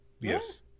Yes